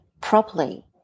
properly